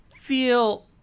feel